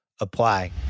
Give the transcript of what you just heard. apply